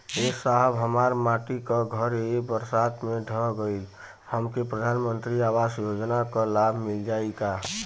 ए साहब हमार माटी क घर ए बरसात मे ढह गईल हमके प्रधानमंत्री आवास योजना क लाभ मिल जाई का?